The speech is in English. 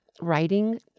writing